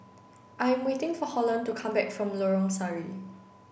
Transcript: I am waiting for Holland to come back from Lorong Sari